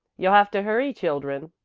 you'll have to hurry, children.